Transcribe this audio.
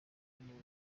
nibo